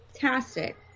fantastic